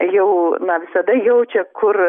jau na visada jaučia kur